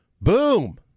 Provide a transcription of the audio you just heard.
boom